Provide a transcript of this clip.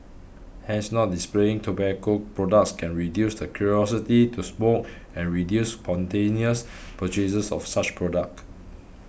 hence not displaying tobacco products can reduce the curiosity to smoke and reduce spontaneous purchases of such products